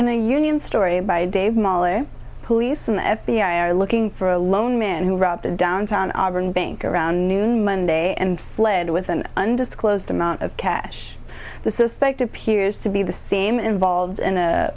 a union story by dave moller police and the f b i are looking for a lone man who robbed a downtown auburn bank around noon monday and fled with an undisclosed amount of cash the suspect appears to be the same involved in